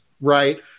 right